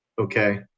okay